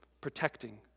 protecting